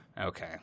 Okay